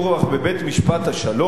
בבית-משפט השלום,